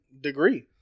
degree